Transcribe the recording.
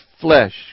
flesh